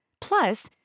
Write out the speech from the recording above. Plus